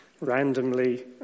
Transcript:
randomly